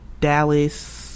Dallas